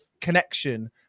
connection